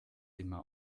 immer